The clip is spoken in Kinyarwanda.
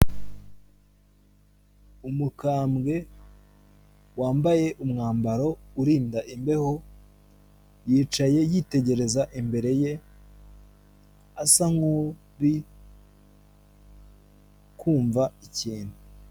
Umukambwe wambaye umwambaro urinda imbeho, yicaye yitegereza imbere ye, asa nkuri kumva ikintu.